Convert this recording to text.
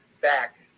back